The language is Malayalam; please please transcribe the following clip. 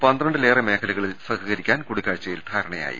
പന്ത്രണ്ടിലേറെ മേഖലകളിൽ സഹകരിക്കാൻ കൂടിക്കാഴ്ച്ച യിൽ ധാരണയായി